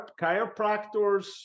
Chiropractors